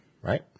right